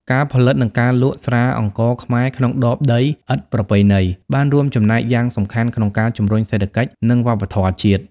ការផលិត និងការលក់ ស្រាអង្ករខ្មែរក្នុងដបដីឥដ្ឋប្រពៃណី បានរួមចំណែកយ៉ាងសំខាន់ក្នុងការជំរុញសេដ្ឋកិច្ច និងវប្បធម៌ជាតិ។